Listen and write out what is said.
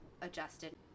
adjusted